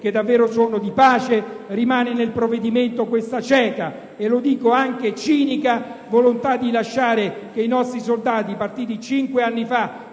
che davvero sono di pace, rimane nel provvedimento questa cieca e, lo dico, anche cinica volontà di lasciare che i nostri soldati, partiti cinque anni fa